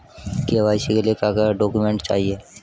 KYC के लिए क्या क्या डॉक्यूमेंट चाहिए?